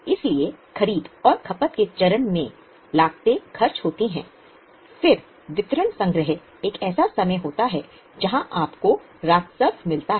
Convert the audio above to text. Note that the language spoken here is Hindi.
इसलिए खरीद और खपत के चरण में लागतें खर्च होती हैं फिर वितरण संग्रह एक ऐसा समय होता है जहां आपको राजस्व मिलता है